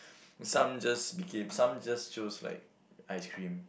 some just became some just chose like ice cream